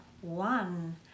one